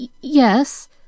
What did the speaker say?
Yes